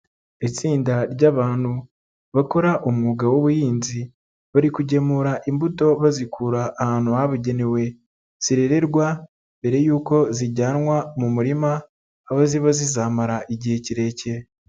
Itsinda ry'abantu bakora umwuga w'ubuhinzi bari kugemura imbuto bazikura ahantu habugenewe zirererwa mbere yuko zijyanwa mu murima aho ziba zizamara igihe kirekire.